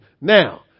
Now